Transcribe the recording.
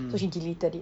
so she deleted it